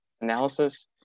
analysis